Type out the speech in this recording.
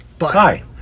Hi